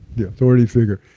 the authority figure.